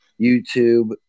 YouTube